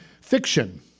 fiction